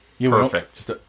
Perfect